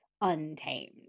untamed